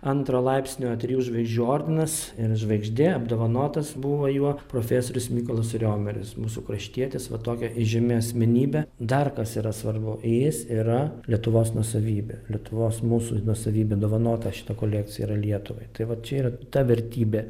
antro laipsnio trijų žvaigždžių ordinas ir žvaigždė apdovanotas buvo juo profesorius mykolas riomeris mūsų kraštietis va tokia įžymi asmenybė dar kas yra svarbu jis yra lietuvos nuosavybė lietuvos mūsų nuosavybė dovanota šita kolekcija yra lietuvai tai va čia yra ta vertybė